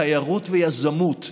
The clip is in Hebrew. תיירות ויזמות.